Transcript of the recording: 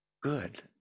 good